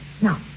Now